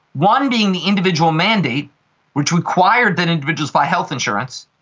one being the individual mandate which required that individuals buy health insurance,